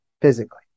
physically